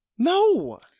No